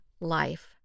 life